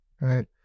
right